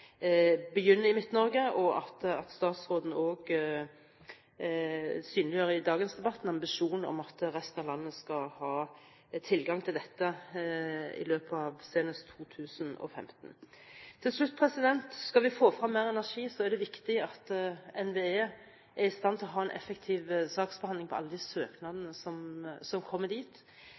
begynner i Midt-Norge, og at statsråden synliggjør i dagens debatt en ambisjon om at resten av landet skal ha tilgang til dette senest i 2015. Til slutt: Skal vi få frem mer energi, er det viktig at NVE er i stand til å ha en effektiv saksbehandling av alle de søknadene som kommer dit.